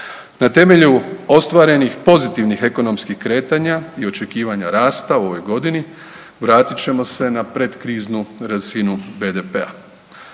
Na temelju ostvarenih pozitivnih ekonomskih kretanja i očekivanja rasta u ovoj godini, vratit ćemo se na predkrizu razinu BDP-a.